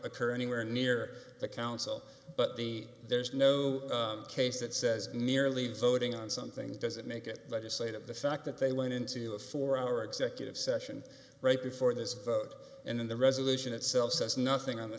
occur anywhere near the council but the there's no case that says nearly voting on something doesn't make it to say that the fact that they went into a four hour executive session right before this vote and in the resolution itself says nothing on the